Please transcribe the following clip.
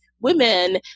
women